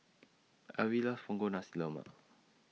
Alvie loves Punggol Nasi Lemak